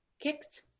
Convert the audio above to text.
Kicks